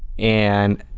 and